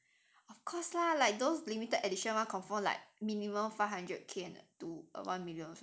of course lah like those limited edition will confirm like minimum five hundred K to one million also have